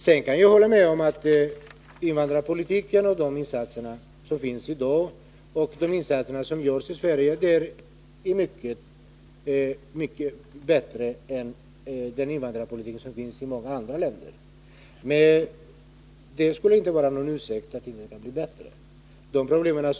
Sedan kan jag hålla med om att invandrarpolitiken och de insatser som görs i dag i Sverige är mycket bättre än den invandrarpolitik som bedrivs i många andra länder. Men det är ingen ursäkt för att underlåta att göra förbättringar.